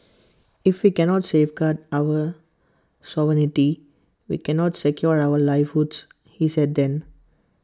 if we cannot safeguard our sovereignty we cannot secure our livelihoods he said then